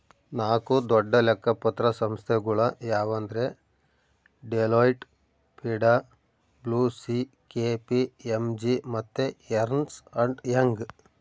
ನಾಕು ದೊಡ್ಡ ಲೆಕ್ಕ ಪತ್ರ ಸಂಸ್ಥೆಗುಳು ಯಾವಂದ್ರ ಡೆಲೋಯ್ಟ್, ಪಿ.ಡಬ್ಲೂ.ಸಿ.ಕೆ.ಪಿ.ಎಮ್.ಜಿ ಮತ್ತೆ ಎರ್ನ್ಸ್ ಅಂಡ್ ಯಂಗ್